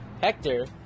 hector